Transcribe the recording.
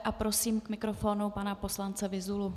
A prosím k mikrofonu pana poslance Vyzulu.